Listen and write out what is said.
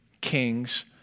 kings